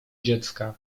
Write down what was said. dziecka